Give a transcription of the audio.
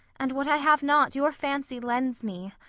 and what i have not your fancy lends me,